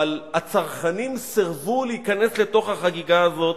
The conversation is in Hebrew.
אבל הצרכנים סירבו להיכנס לתוך החגיגה הזאת: